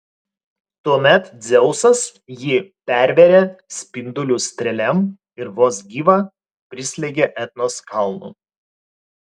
tuomet dzeusas jį pervėrė spindulių strėlėm ir vos gyvą prislėgė etnos kalnu